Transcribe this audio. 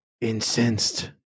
incensed